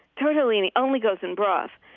tortellini only goes in broth.